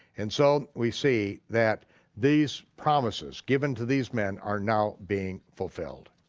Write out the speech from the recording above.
and so we see that these promises given to these men are now being fulfilled.